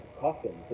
coffins